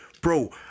bro